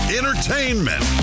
entertainment